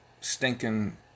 stinking